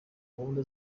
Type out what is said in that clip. gahunda